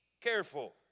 careful